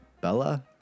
Bella